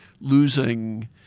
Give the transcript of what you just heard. Losing